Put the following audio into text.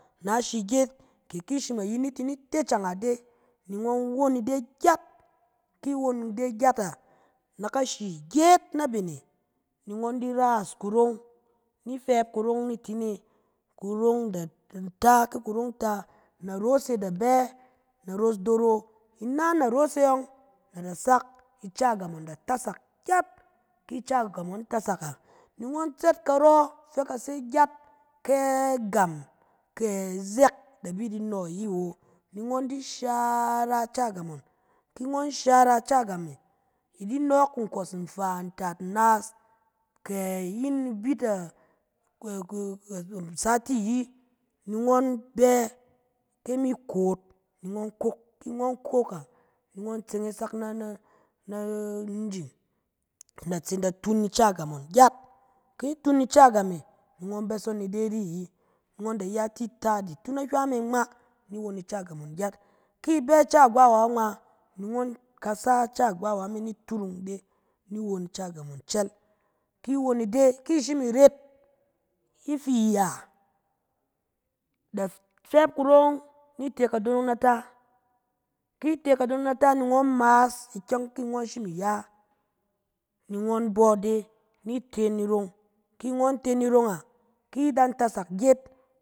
Na shi gyet, kɛ ki shim ayi ni ti ni te canga ide, ni ngɔn ide gyet, ki won ide gyet e, na kashi gyat na ben e, ni ngɔn di ras kurong, ni fɛt kurong natin e, kurong da da- ta, ki kurong ta, naros e da bɛ, naros doro, ina naros e yɔng da sak ica gam ngɔn da tasak gyet. Ki ica gam ngɔn tasak a, ni ngɔn tsɛt karɔ fɛ ka se gyet, kɛ agam kɛ izek da bi di no ayi wo, ni ngɔn di shara ica gam ngɔn. Ki ngɔn shara ica gam e, i di nɔɔk nkos nfaa, ntaat, nnaas, kɛ yin ibit a asati ayi, ni ngɔn bɛ, ke mi goot ni ngɔn kok. Ki ngɔn kok a, ni ngɔn tseng e sak na na-na- na-nijing, inda tsin da tun iac gam ngɔn gyat. Ki tun ica gam e ni ngɔn bɛs e ide ri ayi. Ngɔn da iya tsi tas, i de tun ahywɛ me ngma. ni won ica gam ngɔn gyat. Ki i bɛ ica agbawa ngma, ni ngɔn kasa ica agbawa me ni turung ide ni won ica gam ngɔn cel. ki won ide, ki shim iret ifi ya, da fɛp kurong ni te ide nata, ki te kadonong nata ni ngɔn maas ikyɛng fi ngɔn shim da ya, ni bɔ ide ni te ni rong. Ki ngɔn te ni rong a, ki da tasak gyet,